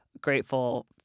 grateful